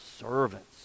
servants